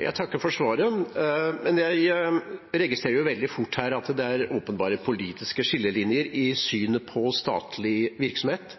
Jeg takker for svaret, men jeg registrerer veldig fort at det her er åpenbare politiske skillelinjer i synet på statlig virksomhet.